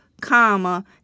comma